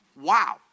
Wow